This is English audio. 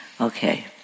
Okay